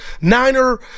Niner